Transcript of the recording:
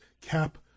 cap